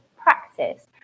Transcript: practice